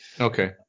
Okay